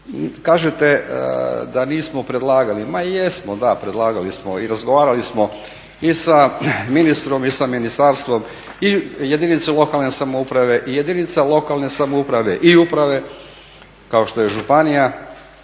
Kažete da nismo predlagali, ma jesmo da predlagali smo i razgovarali smo i sa ministrom i sa ministarstvo i jedinice lokalne samouprave i uprave kao što je županija